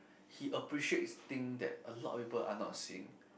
he appreciates thing that a lot people are not seeing